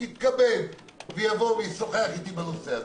יתכבד ויבוא לשוחח איתי בנושא הזה,